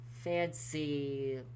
fancy